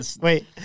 Wait